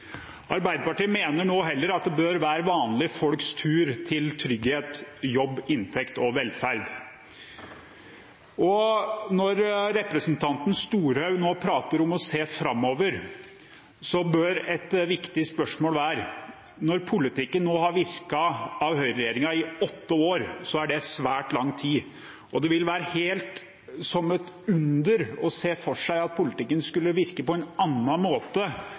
Arbeiderpartiet mener at det nå heller bør være vanlige folks tur til trygghet, jobb, inntekt og velferd. Når representanten Storehaug nå prater om å se framover, bør et viktig poeng være: Når politikken til høyreregjeringen nå har virket i åtte år, er det svært lang tid. Og det ville være et under om politikken skulle virke på en annen måte